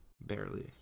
Barely